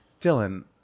Dylan